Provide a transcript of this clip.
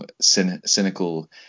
cynical